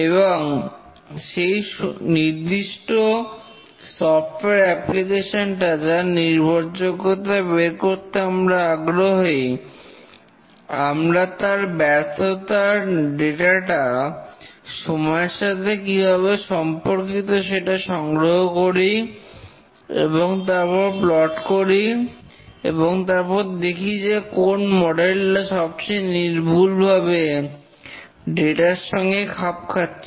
এবং সেই নির্দিষ্ট সফটওয়্যার অ্যাপ্লিকেশন টা যার নির্ভরযোগ্যতা বের করতে আমরা আগ্রহী আমরা তার ব্যর্থতার ডেটা টা সময়ের সাথে কীভাবে সম্পর্কিত সেটা সংগ্রহ করি এবং তারপর প্লট করি এবং তারপর দেখি যে কোন মডেলটা সবচেয়ে নির্ভুলভাবে ডেটা র সঙ্গে খাপ খাচ্ছে